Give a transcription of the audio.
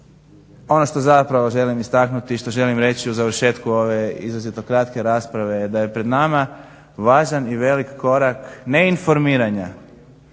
ono što zapravo želim istaknuti i što želim reći u završetku ove izrazito kratke rasprave da je pred nama važan i velik korak ne informiranja,